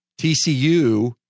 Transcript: TCU